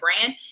brand